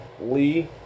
Lee